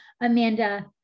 Amanda